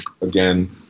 again